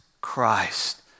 Christ